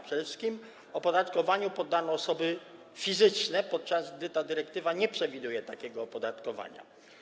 Przede wszystkim opodatkowaniu poddano osoby fizyczne, podczas gdy ta dyrektywa nie przewiduje takiego opodatkowania.